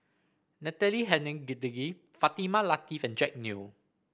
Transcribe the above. Natalie Hennedige Fatimah Lateef and Jack Neo